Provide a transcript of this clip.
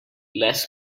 less